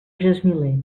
gesmiler